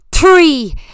Three